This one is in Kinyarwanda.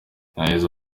yagize